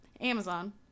Amazon